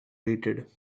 waited